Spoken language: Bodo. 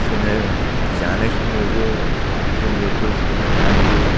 जोङो जानाय समावबो जोङो बैसागु फालियो